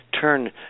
turn